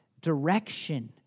direction